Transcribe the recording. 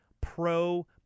pro